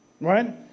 Right